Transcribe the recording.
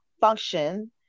function